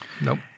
Nope